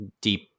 deep